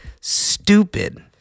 stupid